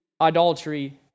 idolatry